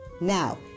Now